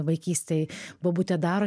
vaikystėj bobutė daro